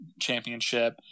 championship